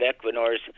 Equinor's